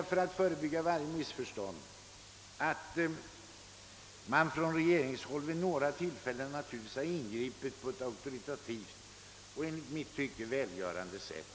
För att förebygga varje missförstånd vill jag tillägga att man från regeringshåll vid några tillfällen har ingripit på ett auktoritativt och enligt mitt tycke välgörande sätt.